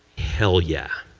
hell yeah.